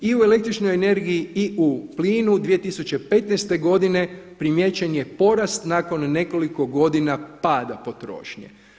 I u električnoj energiji i u plinu 2015. godine primijećen je porast nakon nekoliko godina pada potrošnje.